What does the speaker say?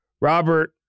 Robert